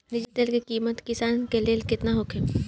Diesel तेल के किमत किसान के लेल केतना होखे?